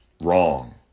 wrong